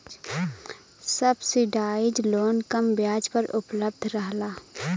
subsidise loan कम ब्याज पर उपलब्ध रहला